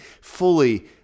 fully